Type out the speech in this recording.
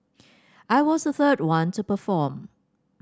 I was a third one to perform